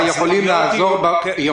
סליחה, מד"א יכולים לעזור בבדיקות.